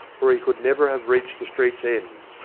for he could never have reached the street's end.